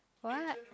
what